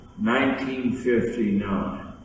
1959